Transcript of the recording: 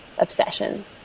obsession